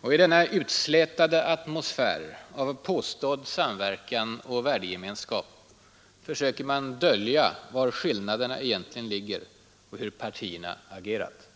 Och i denna utslätade atmosfär av påstådd samverkan och värdegemenskap försöker man dölja var skillnaderna egentligen ligger och hur partierna har agerat.